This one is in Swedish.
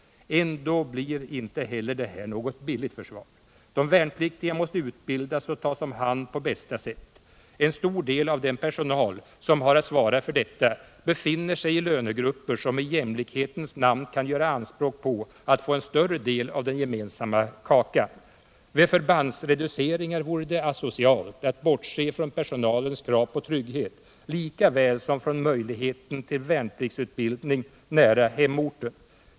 Ändå blir inte heller det här något billigt försvar. De värnpliktiga måste utbildas och tas om hand på bästa sätt. En stor del av den personal som har att svara för detta befinner sig i lönegrupper, som i jämlikhetens namn kan göra anspråk på att få en större del av den gemensamma kakan. Vid förbandsreduceringar vore det asocialt att bortse från personalens krav på trygghet lika väl som från möjligheten till värnpliktsutbildning nära hemorten.